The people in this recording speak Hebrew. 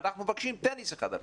אנחנו מבקשים טניס על אחד,